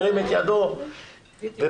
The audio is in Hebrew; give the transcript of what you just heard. הצבעה ההצעה התקבלה.